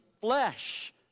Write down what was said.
flesh